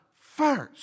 first